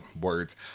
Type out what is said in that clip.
words